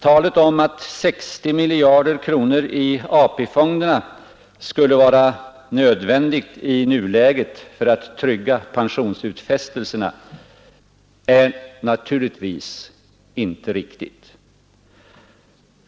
Talet om att 60 miljarder kronor i AP-fonderna skulle vara nödvändigt i nuläget för att trygga pensionsutfästelserna är naturligtvis inte riktigt.